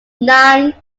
nine